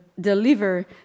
deliver